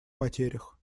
потерях